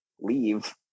leave